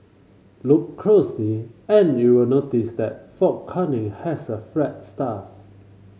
look closely and you'll notice that Fort Canning has a flagstaff